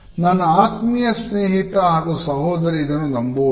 ನನ್ನ ಆತ್ಮೀಯ ಸ್ನೇಹಿತ ಹಾಗು ಸಹೋದರಿ ಇದನ್ನು ನಂಬುವುದಿಲ್ಲ